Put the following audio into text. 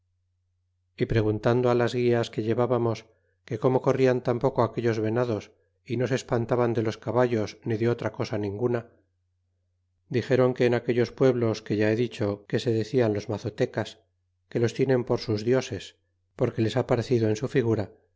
y preguntando á las gulas que llevábamos que como corrian tan poco aquellos venados y no se espantaban de los caballos ni de otra cosa ninguna dixéron que en aquellos pueblos que ya he dicho que se decian los mazotecas que los tienen por sus dioses porque les ha parecido en su figura